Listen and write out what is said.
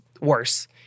worse